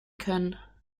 können